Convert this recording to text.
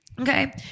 Okay